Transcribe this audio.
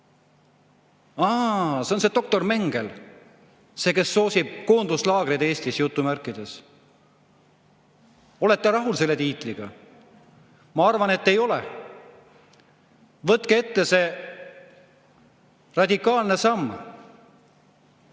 see on see doktor Mengele, kes soosib "koonduslaagreid" Eestis." Kas olete rahul selle tiitliga? Ma arvan, et ei ole. Võtke ette see radikaalne samm,